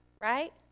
right